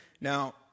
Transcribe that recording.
Now